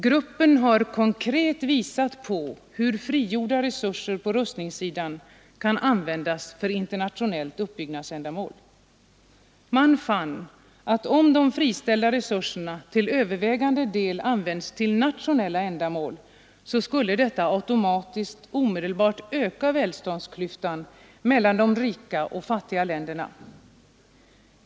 Gruppen har konkret visat på hur frigjorda resurser på rustningssidan kan användas för internationellt uppbyggnadsändamål. Man fann att om de friställda resurserna till övervägande del används till nationella ändamål, skulle detta automatiskt omedelbart öka välståndsklyftan mellan de rika och fattiga länderna.